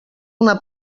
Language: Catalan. una